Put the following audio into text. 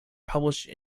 published